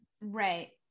right